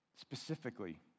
specifically